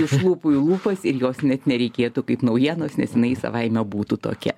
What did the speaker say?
iš lūpų į lūpas ir jos net nereikėtų kaip naujienos nes jinai savaime būtų tokia